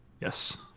Yes